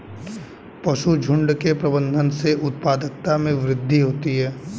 पशुझुण्ड के प्रबंधन से उत्पादकता में वृद्धि होती है